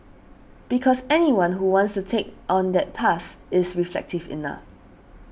because anyone who wants to take on that task is reflective enough